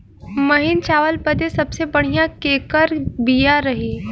महीन चावल बदे सबसे बढ़िया केकर बिया रही?